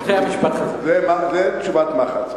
זאת תשובת מחץ,